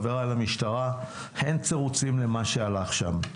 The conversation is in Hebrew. חבריי למשטרה אין תירוצים למה שהלך שם.